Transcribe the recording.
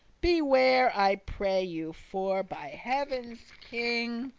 beware, i pray you, for, by heaven's king,